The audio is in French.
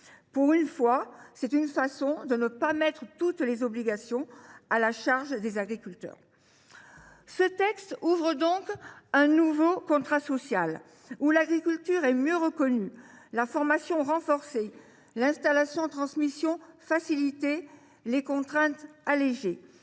Pour une fois, c’est une façon de ne pas mettre toutes les obligations à la charge des agriculteurs. Merci ! Ce texte ouvre donc un nouveau contrat social, où l’agriculture est mieux reconnue, la formation renforcée, l’installation transmission facilitée, les contraintes allégées.